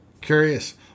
Curious